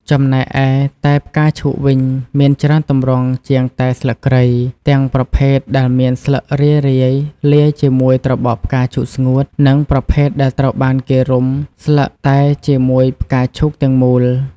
ចំណែកឯតែផ្កាឈូកវិញមានច្រើនទម្រង់ជាងតែស្លឹកគ្រៃ ទាំងប្រភេទដែលមានស្លឹករាយៗលាយជាមួយត្របកផ្កាឈូកស្ងួត និងប្រភេទដែលត្រូវបានគេរុំស្លឹកតែជាមួយផ្កាឈូកទាំងមូល។